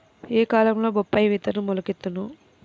ఏ కాలంలో బొప్పాయి విత్తనం మొలకెత్తును?